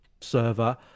server